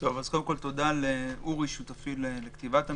קודם כול, תודה לאורי פרידמן, שותפי לכתיבת המסמך,